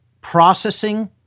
processing